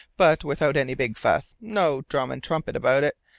but without any big fuss no drum and trumpet about it,